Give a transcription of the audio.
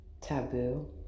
taboo